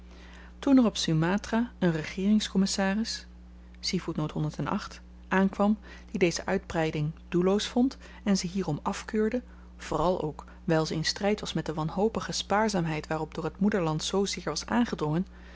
toen er op sumatra een regeeringskommissaris aankwam die deze uitbreiding doelloos vond en ze hierom afkeurde vooral ook wyl ze in stryd was met de wanhopige spaarzaamheid waarop door t moederland zoozeer was aangedrongen